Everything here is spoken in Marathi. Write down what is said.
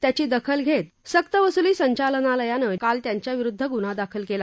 त्याची दखल घेत सक्तवसुली संचालनालयान काल त्यांच्याविरुद्ध गुन्हा दाखल केला